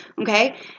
Okay